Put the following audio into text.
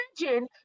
imagine